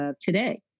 today